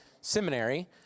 seminary